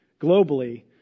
globally